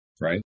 right